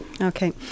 Okay